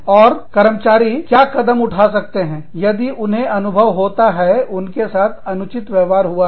और कर्मचारी क्या कदम उठा सकते हैं यदि उन्हें अनुभव होता है उनके साथ अनुचित व्यवहार हुआ है